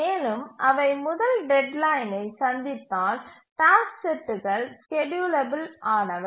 மேலும் அவை முதல் டெட்லைனை சந்தித்தால் டாஸ்க் செட்டுகள் ஸ்கேட்யூலபில் ஆனவை